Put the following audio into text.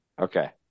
okay